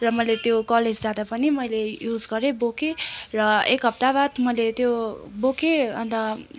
र मैले त्यो कलेज जाँदा पनि मैले युज गरेँ बोकेँ र एक हप्ता बाद मैले त्यो बोकेँ अन्त